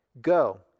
Go